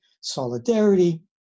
solidarity